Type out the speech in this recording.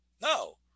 no